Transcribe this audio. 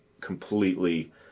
completely